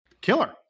killer